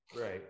Right